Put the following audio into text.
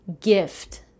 gift